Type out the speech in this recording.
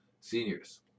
seniors